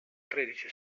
tredici